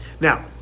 Now